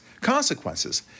consequences